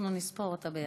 נספור אותה יחד.